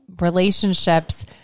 relationships